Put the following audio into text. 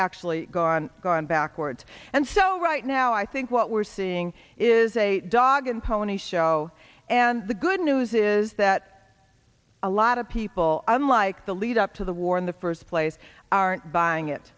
actually gone gone backwards and so right now i think what we're seeing is a dog and pony show and the good news is that a lot of people unlike the lead up to the war in the first place aren't buying